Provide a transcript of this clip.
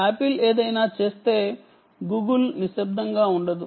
apple ఏదైనా చేస్తే Google నిశ్శబ్దంగా ఉండదు